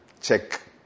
Check